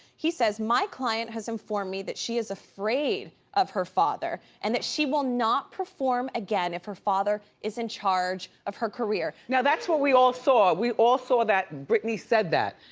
he says, my client has informed me that she is afraid of her father and that she will not perform again, if her father is in charge of her career. now that's what we all saw. we all saw that britney said that,